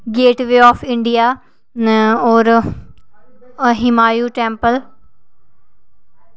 gateway of India होर Humayun temple